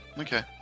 Okay